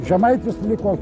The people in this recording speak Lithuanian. žemaitis liko